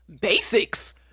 Basics